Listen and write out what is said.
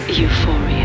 euphoria